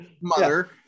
mother